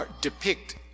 depict